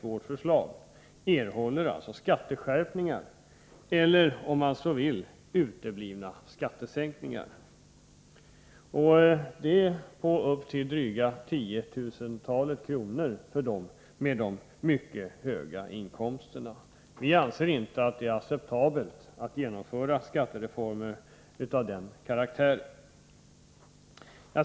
erhåller enligt vårt förslag skatteskärpningar eller, om man så vill, uteblivna skattesänkningar. Det gäller belopp på upp till drygt 10 000 kr. för dem med de mycket höga inkomsterna. Vi anser nämligen inte att det är acceptabelt att genomföra skattereformer av den karaktären.